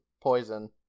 poison